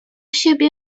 siebie